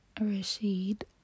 Rashid